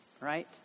Right